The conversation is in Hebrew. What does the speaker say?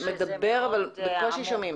אבל בקושי שומעים.